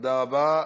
תודה רבה.